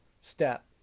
step